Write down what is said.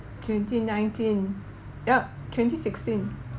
twenty nineteen yup twenty sixteen